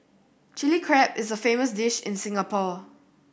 Chilli Crab is a famous dish in Singapore